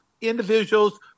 individuals